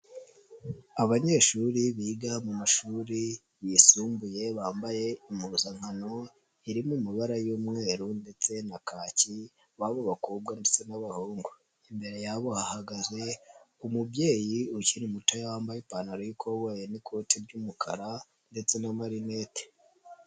Abanyeshuri biga mu mashuri yisumbuye bambaye impuzankano iri mu mabara y'umweru ndetse na kaki b'abo bakobwa ndetse n'abahungu, imbere yabo bahagaze umubyeyi ukiri muto wambaye ipantaro y'ikoboyi n'ikoti ry'umukara ndetse n'amarinete.